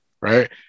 right